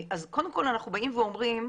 אז קודם כל אנחנו באים ואומרים,